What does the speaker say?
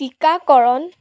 টিকাকৰণ